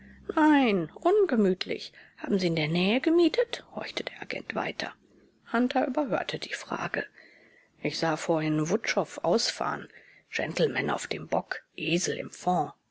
nein ungemütlich haben sie in der nähe gemietet horchte der agent weiter hunter überhörte die frage ich sah vorhin wutschow ausfahren gentleman auf dem bock esel im fond